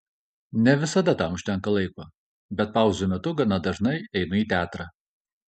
ne visada tam užtenka laiko bet pauzių metu gana dažnai einu į teatrą